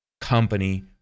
company